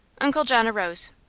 uncle john arose.